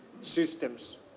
systems